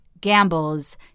gambles